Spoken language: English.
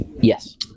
yes